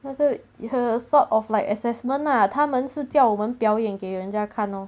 那个 her sort of like assessment lah 他们是叫我们表演给人家看 lor